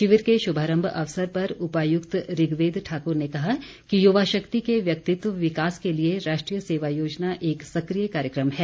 शिविर के शुभारम्भ अवसर पर उपायुक्त ऋग्वेद ठाकुर ने कहा कि युवा शक्ति के व्यक्तित्व विकास के लिए राष्ट्रीय सेवा योजना एक सक्रिय कार्यक्रम है